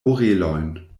orelojn